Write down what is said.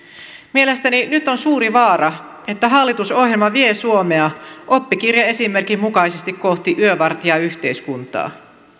mielestäni nyt on suuri vaara että hallitusohjelma vie suomea oppikirjaesimerkin mukaisesti kohti yövartijayhteiskuntaa